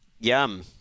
yum